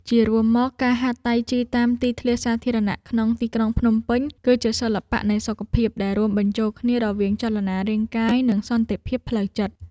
ជារួមមក ការហាត់តៃជីតាមទីធ្លាសាធារណៈក្នុងទីក្រុងភ្នំពេញគឺជា សិល្បៈនៃសុខភាព ដែលរួមបញ្ចូលគ្នារវាង ចលនារាងកាយ និងសន្តិភាពផ្លូវចិត្ត។